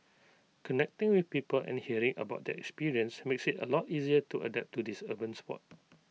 connecting with people and hearing about their experience makes IT A lot easier to adapt to this urban Sport